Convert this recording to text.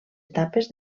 etapes